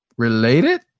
Related